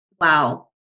wow